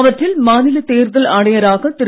அவற்றில் மாநில தேர்தல் ஆணையராக திரு